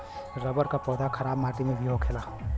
rubber क पौधा खराब माटी में भी होखेला